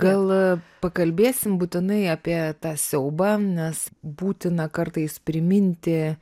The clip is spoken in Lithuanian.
gal pakalbėsim būtinai apie tą siaubą nes būtina kartais priminti